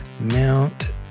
mount